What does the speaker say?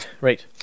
Right